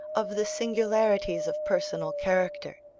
of the singularities of personal character.